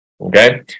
Okay